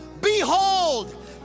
behold